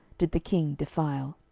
did the king defile.